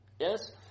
Yes